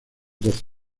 doce